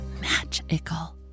magical